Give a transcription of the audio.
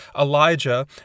Elijah